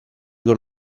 con